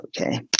okay